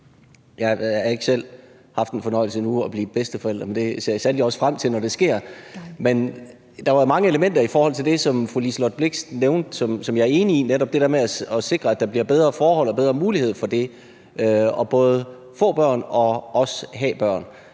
Jeg har endnu ikke selv haft den fornøjelse at blive bedsteforælder, men det ser jeg sandelig også frem til, når det sker. Der var jo mange elementer i det, som fru Liselott Blixt nævnte, som jeg er enig i: netop det der med at sikre, at der bliver bedre forhold og bedre mulighed for både at få børn og også at have børn.